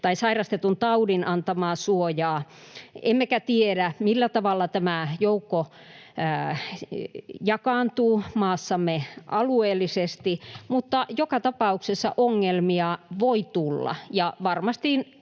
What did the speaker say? eikä sairastetun taudin antamaa suojaa — emmekä tiedä, millä tavalla tämä joukko jakaantuu maassamme alueellisesti, mutta joka tapauksessa ongelmia voi tulla.